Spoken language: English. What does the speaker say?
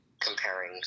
comparing